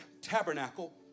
tabernacle